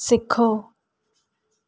सिखो